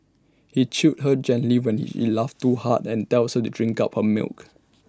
he chides her gently when he laughs too hard and tells her to drink up her milk